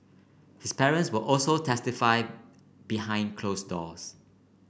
his parents will also testify behind closed doors